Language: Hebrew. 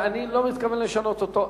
ואני לא מתכוון לשנות אותו.